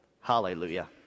Hallelujah